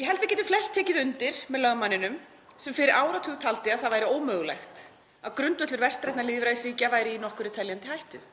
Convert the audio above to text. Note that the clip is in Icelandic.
Ég held að við getum flest tekið undir með lögmanninum sem fyrir áratug taldi að það væri ómögulegt að grundvöllur vestrænna lýðræðisríkja væri í nokkurri teljandi hættu,